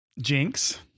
Jinx